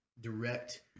direct